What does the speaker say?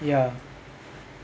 ya